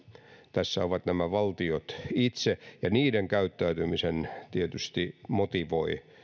tässä ovat nämä valtiot itse ja niiden käyttäytymisen tietysti motivoi